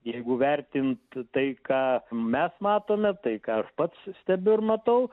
jeigu vertint tai ką mes matome tai ką aš pats stebiu ir matau